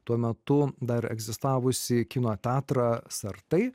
tuo metu dar egzistavusį kino teatrą sartai